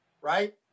right